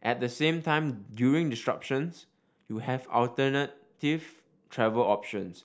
at the same time during disruptions you have alternative travel options